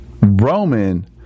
Roman